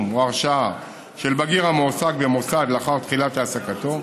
או הרשעה של בגיר המועסק במוסד לאחר תחילת העסקתו,